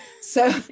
So-